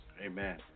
Amen